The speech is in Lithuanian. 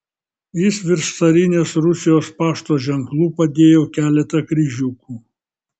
jis virš carinės rusijos pašto ženklų padėjo keletą kryžiukų